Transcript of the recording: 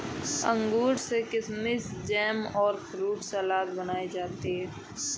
अंगूर से किशमिस जैम और फ्रूट सलाद बनाई जाती है